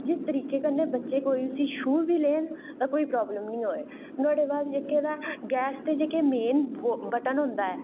जिस तरीके कन्नै कोई बच्चे उसी छूही बी लैन कि कोई प्रॉब्लम निं होऐ ते नुहाड़े बाद जि'यां गैस दा कोई मेन बटन होंदा ऐ